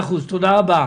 תודה רבה.